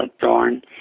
Dorn